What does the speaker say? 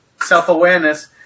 self-awareness